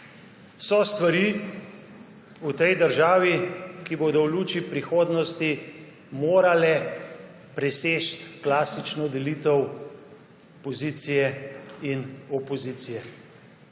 So stvari v tej državi, ki bodo v luči prihodnosti morale preseči klasično delitev pozicije in opozicije.